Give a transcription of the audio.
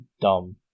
dumb